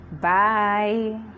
Bye